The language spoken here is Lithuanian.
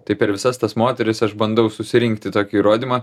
tai per visas tas moteris aš bandau susirinkti tokį įrodymą